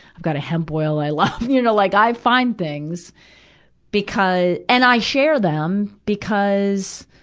i've got a hemp oil i love, you know, like i find things because, and i share them, because,